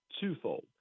twofold